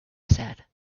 said